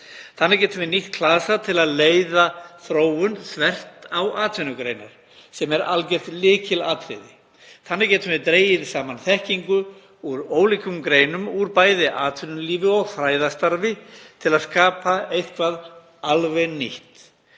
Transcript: Þannig getum við nýtt klasa til að leiða þróun þvert á atvinnugreinar sem er algert lykilatriði. Þannig getum við dregið saman þekkingu úr ólíkum greinum, úr bæði atvinnulífi og fræðastarfi, til að skapa eitthvað alveg nýtt.